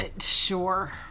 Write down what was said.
sure